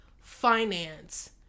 finance